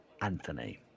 Anthony